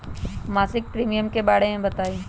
मासिक प्रीमियम के बारे मे बताई?